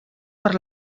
per